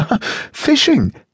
Fishing